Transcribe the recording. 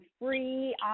free